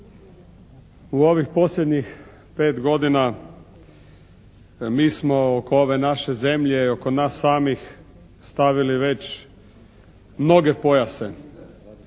U ovih posljednjih 5 godina mi smo oko ove naše zemlje i oko nas samih stavili već mnoge pojase.